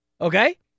Okay